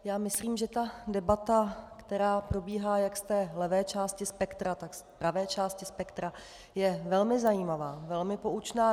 Já myslím, že debata, která probíhá jak z té levé části spektra, tak z pravé části spektra, je velmi zajímavá, velmi poučná.